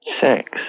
sex